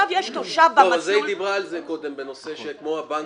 יש תושב במסלול --- היא דיברה על זה קודם בנושא כמו הבנקים,